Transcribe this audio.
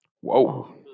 Whoa